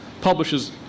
publishes